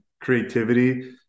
creativity